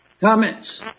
Comments